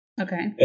Okay